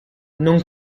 non